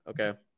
Okay